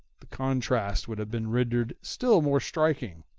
the contrast would have been rendered still more striking.